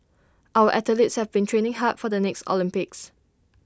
our athletes have been training hard for the next Olympics